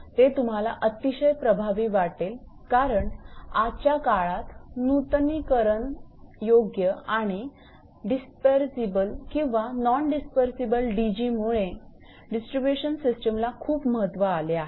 ते तुम्हाला अतिशय प्रभावी वाटेल कारण आजच्या काळात नूतनीकरण योग्य किंवा डिस्पेरसिबल किंवा नॉन डिसपर्सिबल डीजीमुळे डिस्ट्रीब्यूशन सिस्टीमला खूप महत्त्व आले आहे